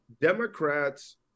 Democrats